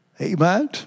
Amen